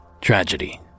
tragedy